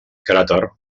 cràter